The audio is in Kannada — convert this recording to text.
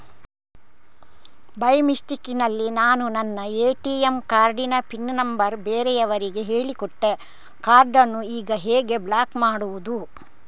ಬೈ ಮಿಸ್ಟೇಕ್ ನಲ್ಲಿ ನಾನು ನನ್ನ ಎ.ಟಿ.ಎಂ ಕಾರ್ಡ್ ನ ಪಿನ್ ನಂಬರ್ ಬೇರೆಯವರಿಗೆ ಹೇಳಿಕೊಟ್ಟೆ ಕಾರ್ಡನ್ನು ಈಗ ಹೇಗೆ ಬ್ಲಾಕ್ ಮಾಡುವುದು?